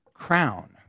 crown